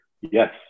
Yes